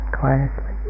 quietly